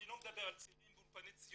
אני לא מדבר על צעירים באולפני ציון,